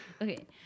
Okay